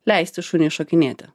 leisti šuniui šokinėti